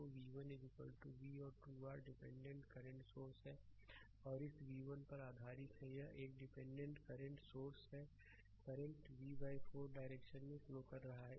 तो v1 v और 2 r dependent current source हैं इस v1 पर आधारित है यह एक डिपेंडेंटdepende करंट सोर्स है करंट v 4 डायरेक्शन में फ्लो कर रहा है